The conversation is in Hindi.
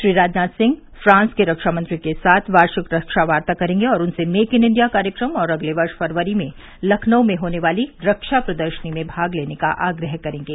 श्री राजनाथ सिंह फ्रांस के रक्षामंत्री के साथ वार्षिक रक्षा वार्ता करेंगे और उनसे मेक इन इंडिया कार्यक्रम और अगले वर्ष फरवरी में लखनऊ में होने वाली रक्षा प्रदर्शनी में भाग लेने का आग्रह करेंगे